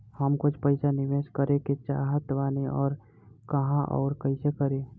हम कुछ पइसा निवेश करे के चाहत बानी और कहाँअउर कइसे करी?